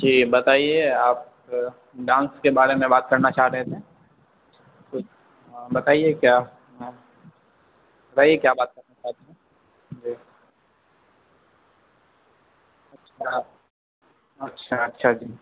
جی بتائیے آپ ڈانس کے بارے میں بات کرنا چاہ رہے تھے ہاں بتائیے کیا بات بتائیے کیا بات اچھا اچھا جی